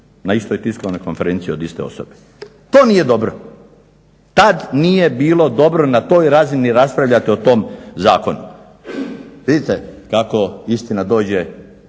na istoj tiskovnoj konferenciji od iste osobe. To nije dobro! Tad nije bilo dobro na toj razini raspravljati o tom zakonu. Vidite kako istina dođe